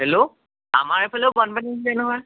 hello আমাৰ এইফালেও বানপানী আহিলে নহয়